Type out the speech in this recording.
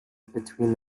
between